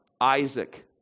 Isaac